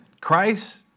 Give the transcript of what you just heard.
Christ